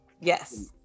Yes